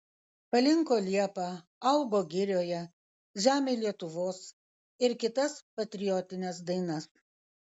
palinko liepa augo girioje žemėj lietuvos ir kitas patriotines dainas